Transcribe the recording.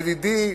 ידידי,